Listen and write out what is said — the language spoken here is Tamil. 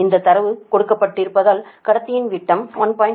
இந்தத் தரவு கொடுக்கப்பட்டிருப்பதால் கடத்தியின் விட்டம் 1